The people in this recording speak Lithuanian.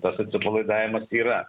tas atsipalaidavimas yra